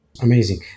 amazing